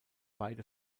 beide